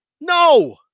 No